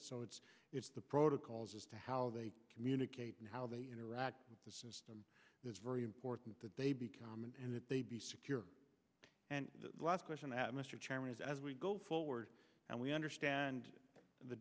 so it's it's the protocols as to how they communicate and how they interact with the system is very important that they become and that they be secure and the last question that mr chairman is as we go forward and we understand the